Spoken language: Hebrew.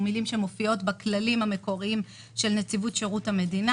מילים שמופיעות בכללים המקוריים של נציבות שירות המדינה.